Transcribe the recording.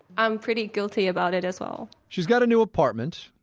i'm pretty guilty about it as well she's got a new apartment,